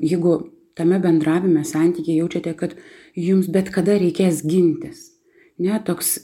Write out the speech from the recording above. jeigu tame bendravime santykyje jaučiate kad jums bet kada reikės gintis ne toks